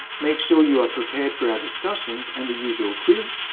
make sure you are prepared for our discussions and the usual quiz,